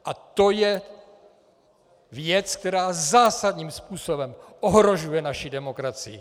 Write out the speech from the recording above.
A to je věc, která zásadním způsobem ohrožuje naši demokracii.